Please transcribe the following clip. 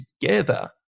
together